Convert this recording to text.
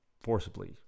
forcibly